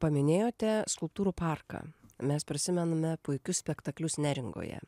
paminėjote skulptūrų parką mes prisimename puikius spektaklius neringoje